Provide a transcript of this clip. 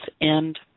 end